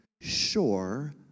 sure